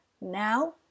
now